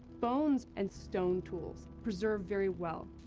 bones and stone tools preserve very well,